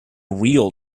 real